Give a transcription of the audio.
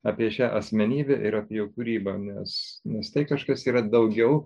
apie šią asmenybę ir apie jo kūrybą nes nes tai kažkas yra daugiau